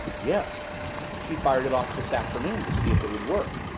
yes she fired it off this afternoon to see if it would work.